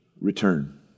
return